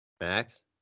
Max